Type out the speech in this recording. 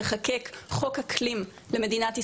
לחוקק חוק אקלים למדינת ישראל,